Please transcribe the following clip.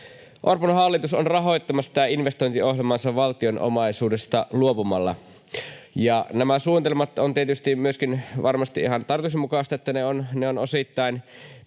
Orpon hallitus on rahoittamassa tätä investointiohjelmaansa valtion omaisuudesta luopumalla. Nämä suunnitelmat ovat tietysti — varmasti myöskin ihan tarkoituksenmukaisesti — osittain